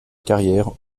carrière